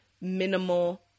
minimal